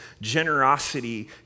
generosity